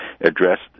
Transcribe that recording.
addressed